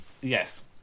yes